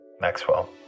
Maxwell